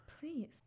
Please